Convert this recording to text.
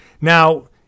Now